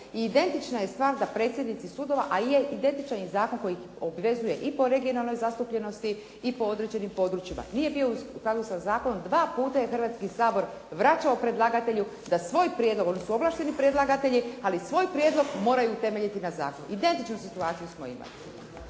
I identična je stvar da predsjednici sudova, a i identičan je zakon koji ih obvezuje i po regionalnoj zastupljenosti i po određenim područjima. Nije u bio u skladu sa zakonom. Dva puta je Hrvatski sabor vraćao predlagatelju da se svoj prijedlog, oni su ovlašteni predlagatelji, ali svoj prijedlog moraju temeljiti na zakonu. Identičnu situaciju smo imali.